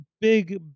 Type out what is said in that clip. big